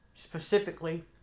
Specifically